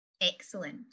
Excellent